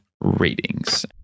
ratings